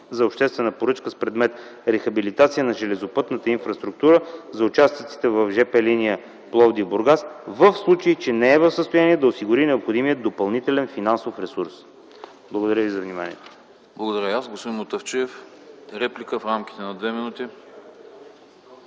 за обществена поръчка с предмет „Рехабилитация на железопътната инфраструктура за участъците в жп линия Пловдив–Бургас”, в случай че не е в състояние да осигури необходимия допълнителен финансов ресурс. Благодаря ви за вниманието. ПРЕДСЕДАТЕЛ АНАСТАС АНАСТАСОВ: Благодаря и аз. Господин Мутафчиев, реплика в рамките на две минути.